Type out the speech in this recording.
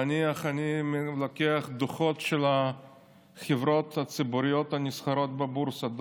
נניח אני לוקח דוחות של החברות הציבוריות הנסחרות בבורסה,